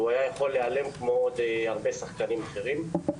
והיה יכול להיעלם כמו הרבה שחקנים אחרים.